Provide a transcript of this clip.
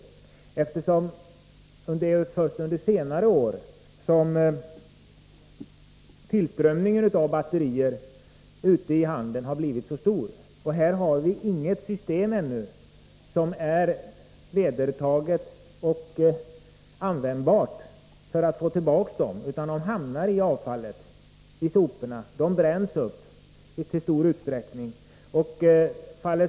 Det är ju först under senare år som förekomsten av batterier ute i handeln har blivit så stor, och vi har ännu inget vedertaget och användbart system för återlämnande av batterierna, utan de hamnar i avfallet, i soporna, och bränns i stor utsträckning upp.